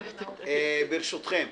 ברשותכם,